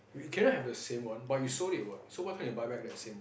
we cannot have the same one but you sold it what so why can't you buy back that same one